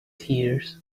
tears